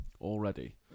already